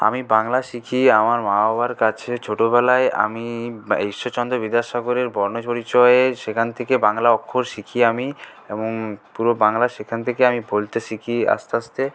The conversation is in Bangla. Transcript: আমি বাংলা শিখি আমার মা বাবার কাছে ছোটোবেলায় আমি ঈশ্বরচন্দ্র বিদ্যাসাগরের বর্ণ পরিচয়ে সেখান থেকে বাংলা অক্ষর শিখি আমি এবং পুরো বাংলা সেখান থেকে আমি বলতে শিখি আস্তে আস্তে